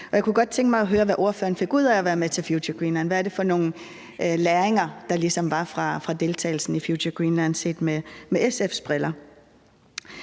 Jeg kunne godt tænke mig at høre, hvad ordføreren fik ud af at være med til Future Greenland. Hvad var det for nogle læringer, der ligesom kom fra deltagelsen i Future Greenland, set med SF's briller?